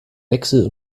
wechsel